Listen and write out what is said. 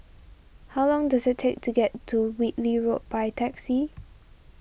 how long does it take to get to Whitley Road by taxi